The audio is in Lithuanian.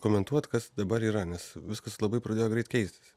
komentuot kas dabar yra nes viskas labai pradėjo greit keistis